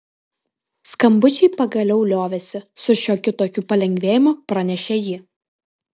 skambučiai pagaliau liovėsi su šiokiu tokiu palengvėjimu pranešė ji